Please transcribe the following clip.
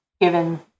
given